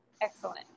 excellent